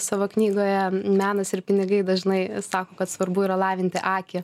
savo knygoje menas ir pinigai dažnai sako kad svarbu yra lavinti akį